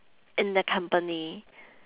in the company